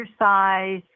exercise